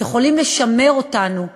יכולים לשמר אותנו כאומה,